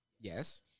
Yes